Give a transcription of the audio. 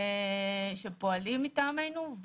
שפועלים מטעמנו,